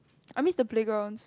I miss the playground